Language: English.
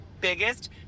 biggest